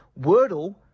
wordle